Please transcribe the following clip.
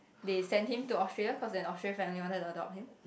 they sent him to Australia cause an Australian family wanted to adopt him